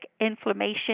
inflammation